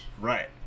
Right